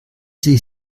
sie